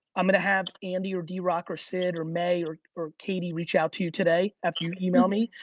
i'm gonna have andy or d-rock or sid or may or or katie reach out to you today after you email me,